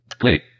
Play